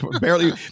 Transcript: barely